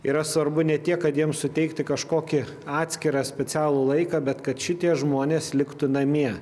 yra svarbu ne tiek kad jiem suteikti kažkokį atskirą specialų laiką bet kad šitie žmonės liktų namie